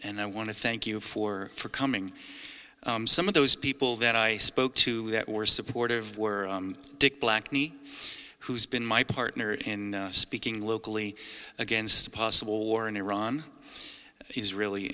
and i want to thank you for for coming some of those people that i spoke to that were supportive were dick black who's been my partner in speaking locally against a possible war in iran is really